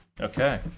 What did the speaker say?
Okay